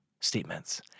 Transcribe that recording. statements